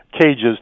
cages